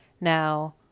Now